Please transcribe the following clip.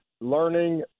learning